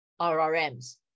RRMs